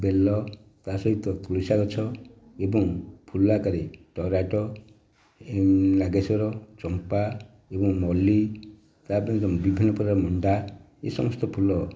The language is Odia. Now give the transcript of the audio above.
ବେଲ ତା ସହିତ ତୁଳସୀ ଗଛ ଫୁଲ ଆକାରେ ଟରାଟ ନାଗେଶ୍ୱର ଚମ୍ପା ଏବଂ ମଲ୍ଲି ତା'ସହିତ ବିଭିନ୍ନ ପ୍ରକାର ମିନ୍ଦା ଏ ସମସ୍ତ ଫୁଲ